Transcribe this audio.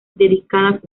dedicadas